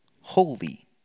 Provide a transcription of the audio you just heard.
holy